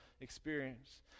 experience